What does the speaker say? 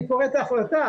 אני קורא את ההחלטה,